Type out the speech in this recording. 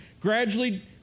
gradually